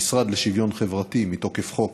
המשרד לשוויון חברתי, מתוקף חוק,